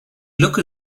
look